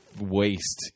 waste